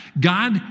God